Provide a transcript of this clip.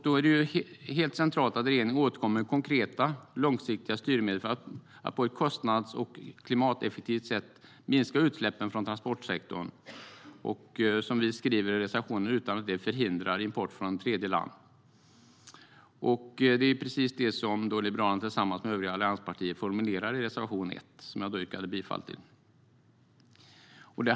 Då är det helt centralt att regeringen återkommer med konkreta, långsiktiga styrmedel för att på ett kostnads och klimateffektivt sätt minska utsläppen från transportsektorn utan att det - som vi skriver i reservationen - förhindrar import från tredjeland. Det är precis det som Liberalerna tillsammans med övriga allianspartier formulerar i reservation 1, vilken jag yrkar bifall till.